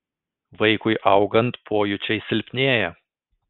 vaikui augant pojūčiai silpnėja